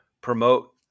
promote